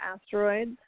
asteroids